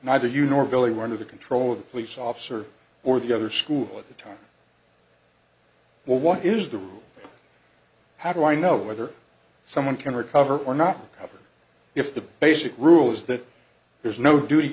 neither you nor billy were under the control of the police officer or the other school at the time well what is the rule how do i know whether someone can recover or not however if the basic rule is that there's no duty